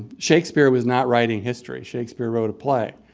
shakespeare was not writing history. shakespeare wrote a play.